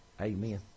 Amen